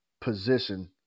position